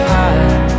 high